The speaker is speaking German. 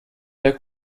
der